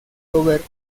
robert